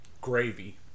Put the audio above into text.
gravy